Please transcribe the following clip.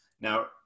Now